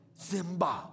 Zimba